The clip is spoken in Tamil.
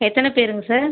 எத்தனை பேருங்க சார்